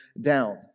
down